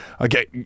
Okay